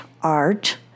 art